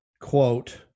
quote